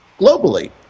globally